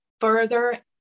further